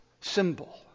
symbol